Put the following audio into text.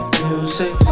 music